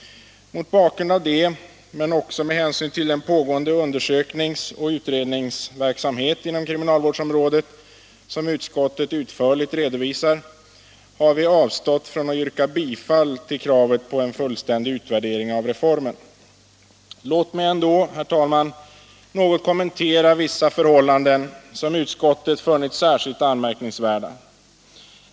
Mot bakgrund av detta, men också med hänsyn till den pågående undersöknings och utredningsverksamhet inom kriminalvårdsområdet som utskottet utförligt redovisar. har vi avstått från att vrka bifall till kravet på en fullständig utvärdering av reformen. Låt mig ändå, herr talman, något kommentera vissa förhållanden som utskottet funnit särskilt anmärkningsvärda.